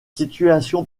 situation